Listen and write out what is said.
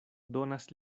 donas